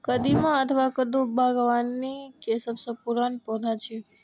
कदीमा अथवा कद्दू बागबानी के सबसं पुरान पौधा छियै